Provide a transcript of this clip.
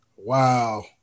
Wow